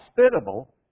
hospitable